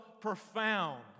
profound